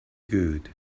good